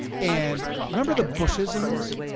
and, remember the bushisms?